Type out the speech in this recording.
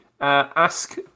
ask